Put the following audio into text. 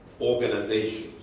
organizations